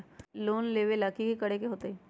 Loan लेबे ला की कि करे के होतई?